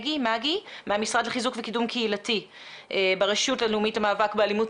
מגי מהמשרד לחיזוק וקידום קהילתי ברשות הלאומית למאבק באלימות,